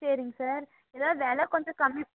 சரிங்க சார் ஏதாவது வெலை கொஞ்சம் கம்மி